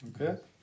Okay